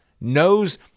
knows